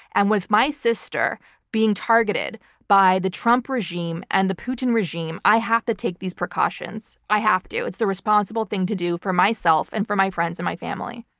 and with my sister being targeted by the trump regime and the putin regime, i have to take these precautions. i have to. it's the responsible thing to do for myself and for my friends and my family.